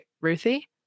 Ruthie